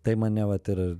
tai mane vat ir